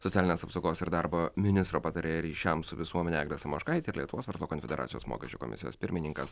socialinės apsaugos ir darbo ministro patarėja ryšiam su visuomene eglė samoškaitė lietuvos verslo konfederacijos mokesčių komisijos pirmininkas